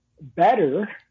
better